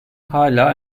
hala